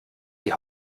die